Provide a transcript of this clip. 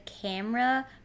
camera